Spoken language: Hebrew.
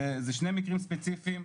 זה שני מקרים ספציפיים,